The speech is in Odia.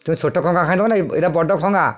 ତୁ ଛୋଟ ଖଙ୍ଗା ଖାଇଲୁ ଏଇଟା ବଡ଼ ଖଙ୍ଗା